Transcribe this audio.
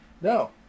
No